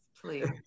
please